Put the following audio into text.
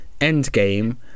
Endgame